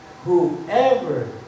whoever